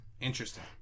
Interesting